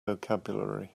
vocabulary